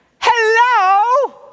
Hello